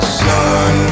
sun